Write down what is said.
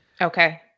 Okay